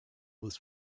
was